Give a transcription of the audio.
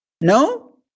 No